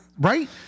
Right